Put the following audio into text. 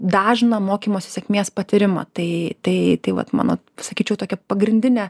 dažną mokymosi sėkmės patyrimą tai tai vat mano sakyčiau tokia pagrindinė